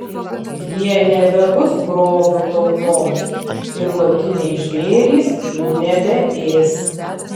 jie nebebus grobiu tautoms ir laukiniai žvėrys jų nebeės